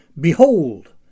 Behold